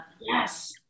Yes